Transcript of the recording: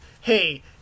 Hey